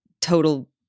total